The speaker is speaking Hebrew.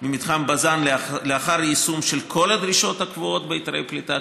ממתחם בז"ן לאחר יישום של כל הדרישות הקבועות בהיתרי הפליטה,